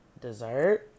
dessert